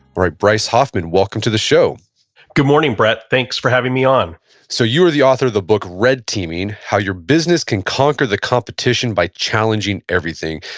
right. bryce hoffman, welcome to the show good morning, brett. thanks for having me on so, you are the author of the book, red teaming how your business can conquer the competition by challenging everything.